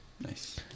nice